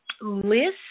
list